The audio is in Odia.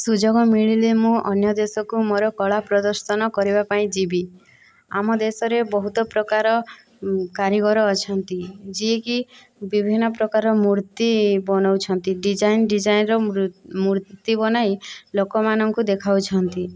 ସୁଯୋଗ ମିଳିଲେ ମୁଁ ଅନ୍ୟ ଦେଶକୁ ମୋ'ର କଳା ପ୍ରଦର୍ଶନ କରିବା ପାଇଁ ଯିବି ଆମ ଦେଶରେ ବହୁତ ପ୍ରକାର କାରିଗର ଅଛନ୍ତି ଯିଏକି ବିଭିନ୍ନ ପ୍ରକାର ମୂର୍ତ୍ତି ବନାଉଛନ୍ତି ଡିଜାଇନ ଡିଜାଇନର ମୂର୍ତ୍ତି ବନାଇ ଲୋକମାନଙ୍କୁ ଦେଖାଉଛନ୍ତି